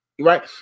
right